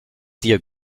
dir